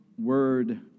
word